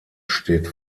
steht